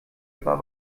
war